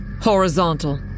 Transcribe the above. Horizontal